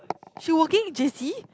she working in J_C